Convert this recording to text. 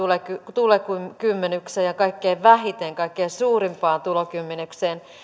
tulokymmenykseen ja kaikkein vähiten kaikkein suurimpaan tulokymmenykseen